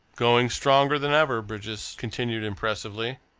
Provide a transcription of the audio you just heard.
going stronger than ever, bridges continued impressively.